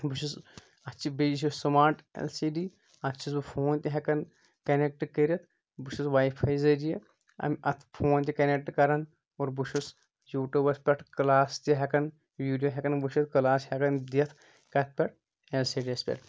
بہٕ چھُس اتھ چھِ بیٚیہِ چھ یہِ سماٹ ایل سی ڈی اَتھ چھُس بہٕ فون تہِ ہٮ۪کان کَنیکٹ کٔرِتھ بہٕ چھُس واے فاے ذٔریعہٕ امہِ اَتھ فون تہِ کَنیکٹ کران اور بہٕ چھُس یوٗٹوٗبس پٮ۪ٹھ کلاس تہِ ہٮ۪کان ویٖڈیو ہٮ۪کان وٕچھِتھ کلاس ہٮ۪کان دِتھ کَتھ پٮ۪ٹھ اٮ۪ل سی ڈی یس پٮ۪ٹھ